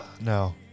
No